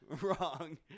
Wrong